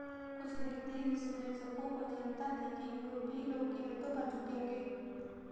कुछ वित्तीय विश्लेषकों को चिंता थी कि यूरोपीय लोग कीमतों पर झुकेंगे